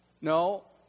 No